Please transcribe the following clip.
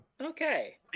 Okay